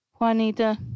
Juanita